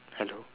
hello